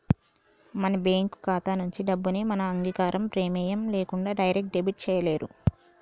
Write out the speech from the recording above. మన బ్యేంకు ఖాతా నుంచి డబ్బుని మన అంగీకారం, ప్రెమేయం లేకుండా డైరెక్ట్ డెబిట్ చేయలేరు